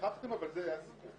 שכחתם אבל זה היה הסיכום.